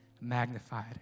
magnified